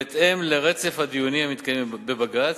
בהתאם לרצף הדיונים המתקיימים בבג"ץ,